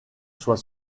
soit